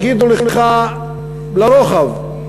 יגידו לך: לרוחב,